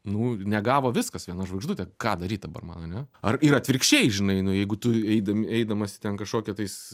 nu negavo viskas viena žvaigždute ką daryt dabar man ane ar ir atvirkščiai žinai nu jeigu tu eidam eidamas į ten kažkokią tais